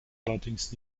allerdings